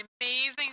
amazing